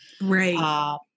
Right